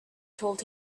told